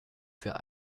für